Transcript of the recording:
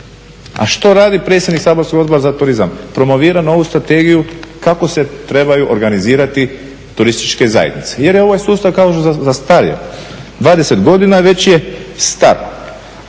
A što radi predsjednik saborskog Odbora za turizam? promovira novu strategiju kako se trebaju organizirati turističke zajednice jer je ovaj sustav kaže zastario. 20 godina već je star.